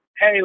Hey